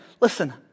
listen